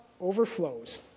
overflows